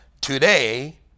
today